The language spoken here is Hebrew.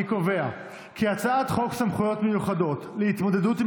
אני קובע כי חוק סמכויות מיוחדות להתמודדות עם